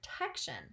protection